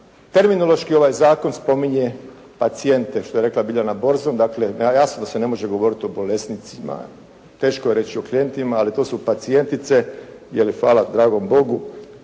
terminološki ovaj zakon spominje pacijente što je rekla Biljana Borso. Dakle jasno da se ne može govoriti o bolesnicima. Teško je reći o klijentima ali to su pacijentice jer hvala dragom Bogu